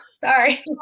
sorry